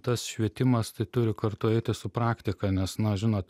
tas švietimas tai turi kartoju tai su praktika nes na žinot